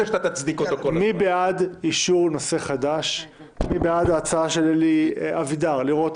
מי בעד ההצעה של אלי אבידר לראות